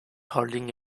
holding